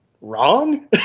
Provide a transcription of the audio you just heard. wrong